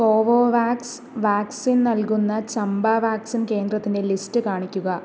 കോവോ wax vaccine നൽകുന്ന ചമ്പാ vaccine കേന്ദ്രത്തിൻ്റെ ലിസ്റ്റ് കാണിക്കുക